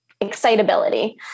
excitability